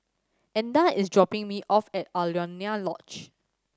Edna is dropping me off at Alaunia Lodge